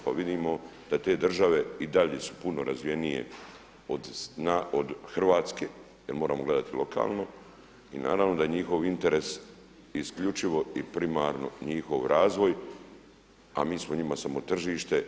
Pa vidimo da su te države i dalje puno razvijenije od Hrvatske, jel moramo gledati lokalno, i naravno da je njihov interes isključivo i primarno njihov razvoj, a mi smo njima samo tržište.